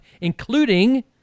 including—